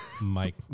Mike